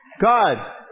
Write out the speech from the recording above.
God